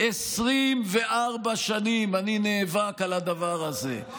24 שנים אני נאבק על הדבר הזה.